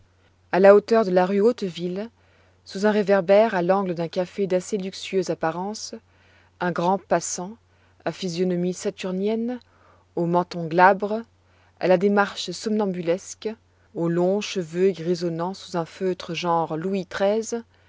à la hauteur de la rue hauteville sous un réverbère à l'angle d'un café d'assez luxueuse apparence un grand passant à physionomie saturnienne au menton glabre à la démarche somnambulesque aux longs cheveux grisonnants sous un feutre genre louis